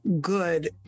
good